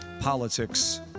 politics